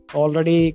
already